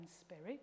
Spirit